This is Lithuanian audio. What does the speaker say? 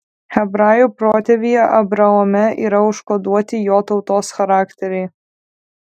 hebrajų protėvyje abraome yra užkoduoti jo tautos charakteriai